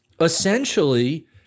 essentially